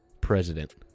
President